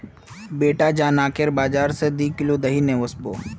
बेटा जा नाकेर बाजार स दी किलो दही ने वसबो